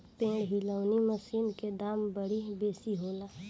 पेड़ हिलौना मशीन के दाम बड़ी बेसी होला